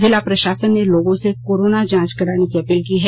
जिला प्रशासन ने लोगों से कोरोना जांच कराने की अपील की है